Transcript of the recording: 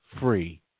free